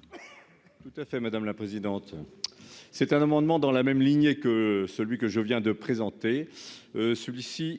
est à M. Daniel Salmon. Cet amendement est dans la même lignée que celui que je viens de présenter. Il